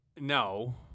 No